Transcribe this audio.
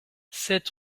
sept